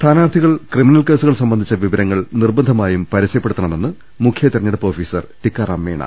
സ്ഥാനാർഥികൾ ക്രിമിനൽ കേസുകൾ സംബന്ധിച്ച വിവരങ്ങൾ നിർബന്ധമായും പരസ്യപ്പെടുത്തണമെന്ന് മുഖ്യ തിരഞ്ഞെടുപ്പ് ഓഫീസർ ടിക്കാറാം മീണ